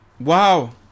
Wow